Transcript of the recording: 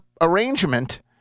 arrangement